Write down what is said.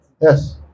Yes